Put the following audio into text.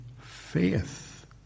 faith